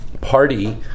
party